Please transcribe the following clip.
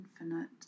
infinite